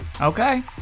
Okay